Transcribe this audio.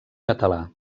català